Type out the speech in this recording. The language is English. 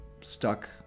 stuck